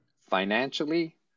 financially